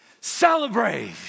Celebrate